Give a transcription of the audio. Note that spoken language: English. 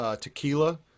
Tequila